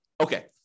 Okay